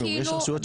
יש רשויות של מדינה,